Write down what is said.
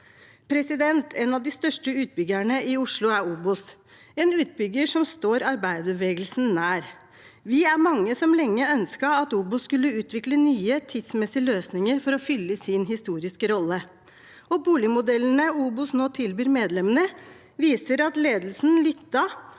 bolig. En av de største utbyggerne i Oslo er OBOS, en utbygger som står arbeiderbevegelsen nær. Vi er mange som lenge ønsket at OBOS skulle utvikle nye tidsmessige løsninger for å fylle sin historiske rolle. Boligmodellene OBOS nå tilbyr medlemmene, viser at ledelsen lyttet,